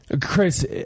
Chris